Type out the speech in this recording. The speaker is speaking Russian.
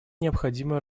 необходимо